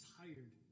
tired